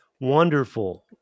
Wonderful